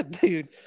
dude